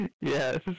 Yes